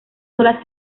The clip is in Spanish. sola